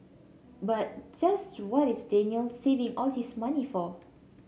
but just what is Daniel saving all his money for